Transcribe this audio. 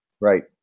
Right